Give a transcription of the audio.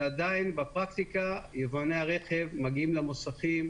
ועדיין בפרקטיקה יבואני הרכב מגיעים למוסכים,